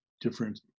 different